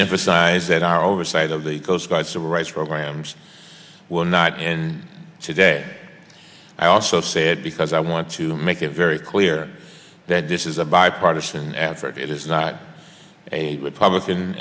emphasize that our oversight of the civil rights programs will not end today i also said because i want to make it very clear that this is a bipartisan effort it is not a republican